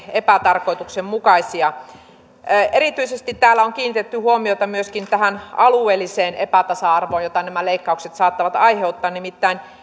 epätarkoituksenmukaisia erityisesti täällä on kiinnitetty huomiota myöskin tähän alueelliseen epätasa arvoon jota nämä leikkaukset saattavat aiheuttaa nimittäin